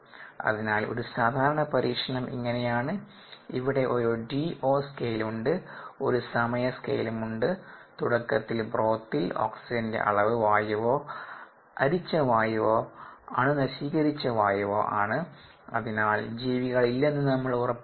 അതിനാൽ ഒരു സാധാരണ പരീക്ഷണം ഇങ്ങനെയാണ് ഇവിടെ ഒരു DO സ്കെയിൽ ഉണ്ട് ഒരു സമയ സ്കെയിലും ഉണ്ട് തുടക്കത്തിൽ ബ്രോത്തിൽ ഓക്സിജന്റെ അളവ് വായുവോ അരിച്ചവായുവോ അണുനശീകരിച്ച വായുവോ ആണ് അതിനാൽ ജീവികളില്ലെന്ന് നമ്മൾ ഉറപ്പാക്കുന്നു